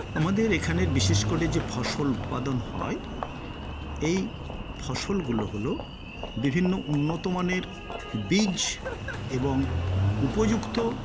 আমাদের এখানে বিশেষ করে ফসল উৎপাদন হয় এই ফসলগুলো হল বিভিন্ন উন্নত মানের বীজ এবং উপযুক্ত